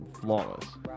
flawless